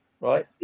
right